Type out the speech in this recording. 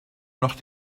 noch